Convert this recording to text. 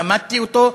ולמדתי אותו,